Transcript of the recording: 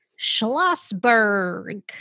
Schlossberg